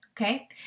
okay